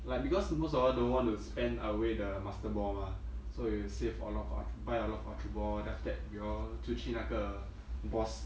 like because most of us don't want to spend away the master ball mah so you save a lot of ultr~ buy a lot of ultra ball then after that we all 就去那个 boss